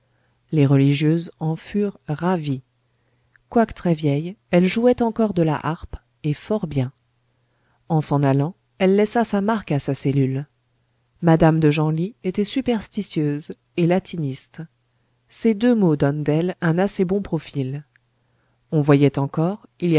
les religieuses en furent ravies quoique très vieille elle jouait encore de la harpe et fort bien en s'en allant elle laissa sa marque à sa cellule madame de genlis était superstitieuse et latiniste ces deux mots donnent d'elle un assez bon profil on voyait encore